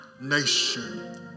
nation